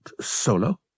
Solo